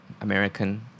American